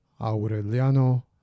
Aureliano